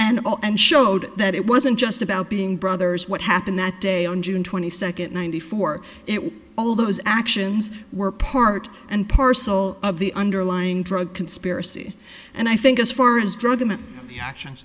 all and showed that it wasn't just about being brothers what happened that day on june twenty second ninety four it was all those actions were part and parcel of the underlying drug conspiracy and i think as far as drug actions